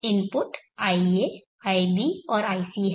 input ia ib और ic हैं